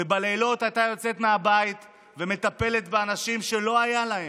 בלילות היא הייתה יוצאת מהבית ומטפלת באנשים שלא היה להם,